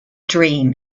dream